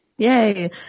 Yay